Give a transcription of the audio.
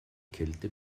kälte